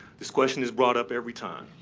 this question is brought up every time.